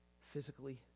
physically